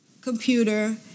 computer